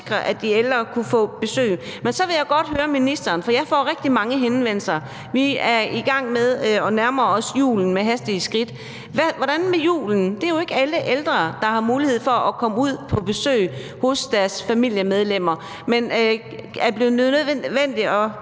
at de ældre kan få besøg. Så har jeg et andet spørgsmål til ministeren om noget, som jeg får rigtig mange henvendelser om. Vi nærmer os julen med hastige skridt – hvordan er det med julen? Det er jo ikke alle ældre, der har mulighed for at komme på besøg hos deres familiemedlemmer, men kan være nødt til at